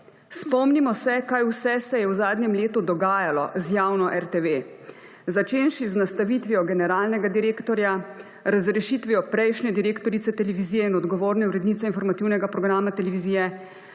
Spomnimo se, kaj vse se je v zadnjem letu dogajalo z javno RTV, začenši z nastavitvijo generalnega direktorja, razrešitvijo prejšnje direktorice televizije in odgovorne urednice informativnega programa televizije,